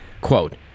Quote